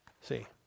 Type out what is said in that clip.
See